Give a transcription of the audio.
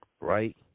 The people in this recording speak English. right